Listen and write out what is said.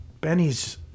Benny's